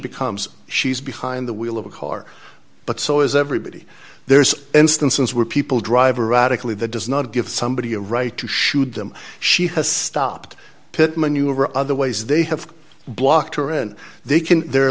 becomes she's behind the wheel of a car but so is everybody there's instances where people drive or radically that does not give somebody a right to shoot them she has stopped pit maneuver other ways they have blocked her and they